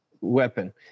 weapon